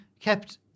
kept